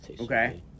Okay